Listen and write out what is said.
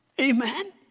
Amen